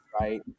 right